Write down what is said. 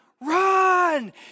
run